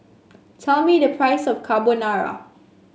tell me the price of Carbonara